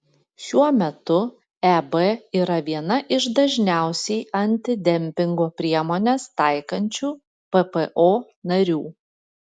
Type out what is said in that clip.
šiuo metu eb yra viena iš dažniausiai antidempingo priemones taikančių ppo narių